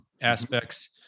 aspects